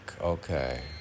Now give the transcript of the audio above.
Okay